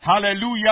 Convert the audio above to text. Hallelujah